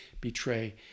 betray